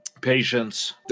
patience